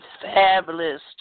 fabulous